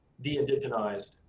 de-indigenized